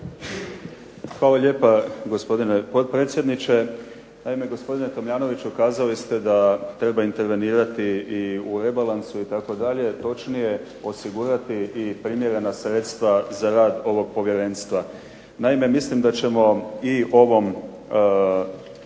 Hvala lijepa gospodine potpredsjedniče. Naime, gospodine Tomljanoviću kazali ste da treba intervenirati i u rebalansu itd., točnije osigurati i primjerena sredstva za rad ovog povjerenstva. Naime, mislim da ćemo i ovim